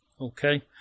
okay